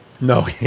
No